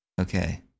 okay